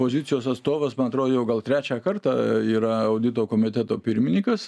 pozicijos atstovas man atro jau gal trečią kartą yra audito komiteto pirminykas